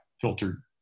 filtered